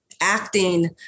acting